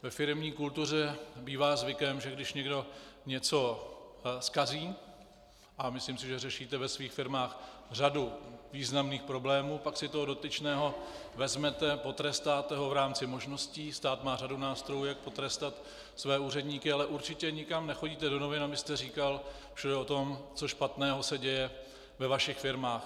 Ve firemní kultuře bývá zvykem, že když někdo něco zkazí a myslím si, že řešíte ve svých firmách řadu významných problémů , pak si toho dotyčného vezmete, potrestáte ho v rámci možností, stát má řadu nástrojů jak potrestat své úředníky, ale určitě nikam nechodíte do novin, abyste všude říkal o tom, co špatného se děje ve vašich firmách.